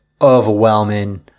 overwhelming